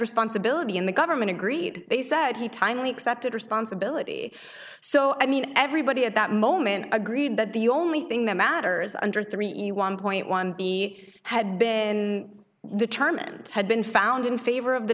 responsibility in the government agreed they said he time we accepted responsibility so i mean everybody at that moment agreed but the only thing that matters under three a one point one the had been determined had been found in favor of the